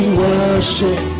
worship